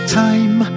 time